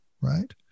right